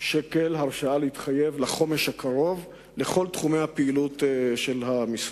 שקלים הרשאה להתחייב לחמש השנים הקרובות לכל תחומי הפעילות שלו.